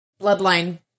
bloodline